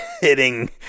hitting